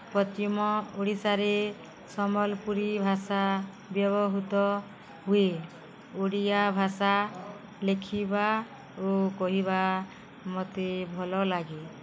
ପଶ୍ଚିମ ଓଡ଼ିଶାରେ ସମ୍ବଲପୁରୀ ଭାଷା ବ୍ୟବହୃତ ହୁଏ ଓଡ଼ିଆ ଭାଷା ଲେଖିବା ଓ କହିବା ମୋତେ ଭଲ ଲାଗେ